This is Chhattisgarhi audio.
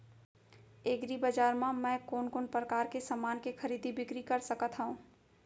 एग्रीबजार मा मैं कोन कोन परकार के समान के खरीदी बिक्री कर सकत हव?